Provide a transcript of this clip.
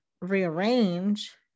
rearrange